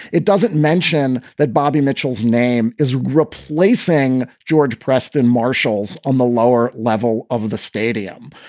it doesn't mention that bobby mitchell's name is replacing george preston. marshall's on the lower level of the stadium.